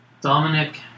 Dominic